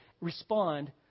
respond